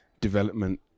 development